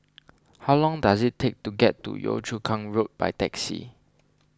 how long does it take to get to Yio Chu Kang Road by taxi